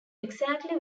exactly